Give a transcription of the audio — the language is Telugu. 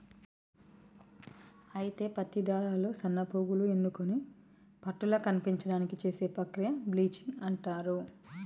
అయితే పత్తి దారాలు సన్నపోగులు ఎన్నుకొని పట్టుల కనిపించడానికి చేసే ప్రక్రియ బ్లీచింగ్ అంటారు